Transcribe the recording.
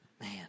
Man